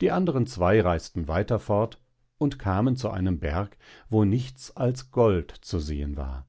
die andern zwei reisten weiter fort und kamen zu einem berg wo nichts als gold zu sehen war